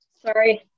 Sorry